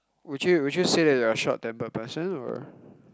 would you would you say that you're a short tempered person or